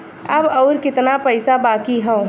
अब अउर कितना पईसा बाकी हव?